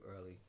early